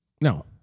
No